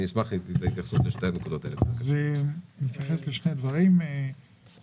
אני חושב שיש חשיבות רבה שהביקורת לא תחליף את מקבלי ההחלטות,